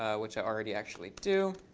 ah which i already actually do.